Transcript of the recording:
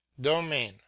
domain